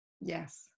Yes